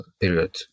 period